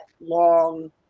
long